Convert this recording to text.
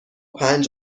پنج